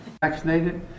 Vaccinated